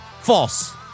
False